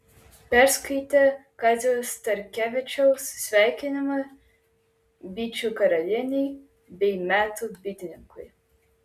perskaitė kazio starkevičiaus sveikinimą bičių karalienei bei metų bitininkui